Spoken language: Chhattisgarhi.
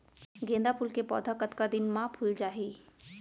गेंदा फूल के पौधा कतका दिन मा फुल जाही?